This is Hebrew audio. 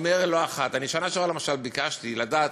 אומר לא אחת, בשנה שעברה, למשל, אני ביקשתי לדעת,